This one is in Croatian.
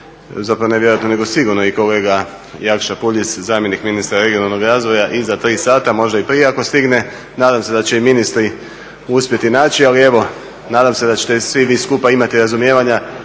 zapravo ne vjerojatno nego sigurno i kolega Jakša Puljiz, zamjenik ministra regionalnog razvoja iza tri sata. Možda i prije ako stigne. Nadam se da će i ministri uspjeti naći, ali evo nadam se da ćete svi vi skupa imati razumijevanja